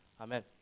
Amen